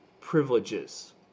privileges